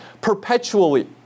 perpetually